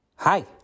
Hi